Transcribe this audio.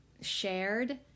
shared